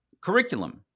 curriculum